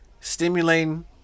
stimulating